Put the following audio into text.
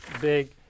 big